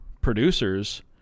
producers